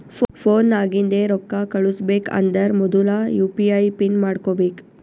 phone ನಾಗಿಂದೆ ರೊಕ್ಕಾ ಕಳುಸ್ಬೇಕ್ ಅಂದರ್ ಮೊದುಲ ಯು ಪಿ ಐ ಪಿನ್ ಮಾಡ್ಕೋಬೇಕ್